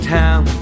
town